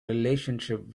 relationship